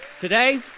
Today